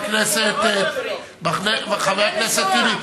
תצחקו, תצחקו, חבר הכנסת טיבי.